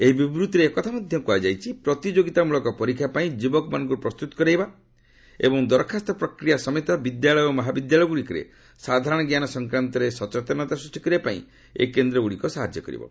ଏହି ବିବୃଭିରେ ଏକଥା ମଧ୍ୟ କୁହାଯାଇଛି ପ୍ରତିଯୋଗିତାମୂଳକ ପରୀକ୍ଷା ପାଇଁ ଯୁବକମାନଙ୍କୁ ପ୍ରସ୍ତୁତ କରାଇବା ଏବଂ ଦରଖାସ୍ତ ପ୍ରକ୍ରିୟା ସମେତ ବିଦ୍ୟାଳୟ ଓ ମହାବିଦ୍ୟାଳୟଗ୍ରଡ଼ିକରେ ସାଧାରଣଜ୍ଞାନ ସଂକ୍ରାନ୍ତରେ ସଚେତନତା ସୃଷ୍ଟି କରିବା ପାଇଁ ଏହି କେନ୍ଦ୍ରଗୁଡ଼ିକ ସାହାଯ୍ୟ କରିବେ